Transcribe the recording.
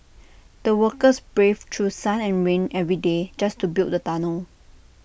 the workers braved through sun and rain every day just to build the tunnel